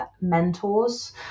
mentors